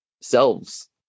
selves